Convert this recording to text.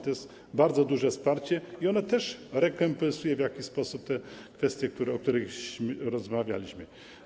To jest bardzo duże wsparcie i ono też rekompensuje w jakiś sposób kwestie, o których rozmawialiśmy.